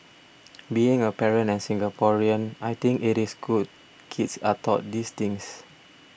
being a parent and Singaporean I think it is good kids are taught these things